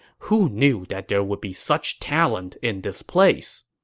who knew that there would be such talent in this place!